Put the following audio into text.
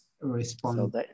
Respond